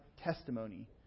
testimony